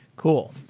cool!